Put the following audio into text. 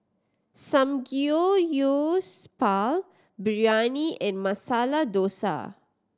Samgeyopsal Biryani and Masala Dosa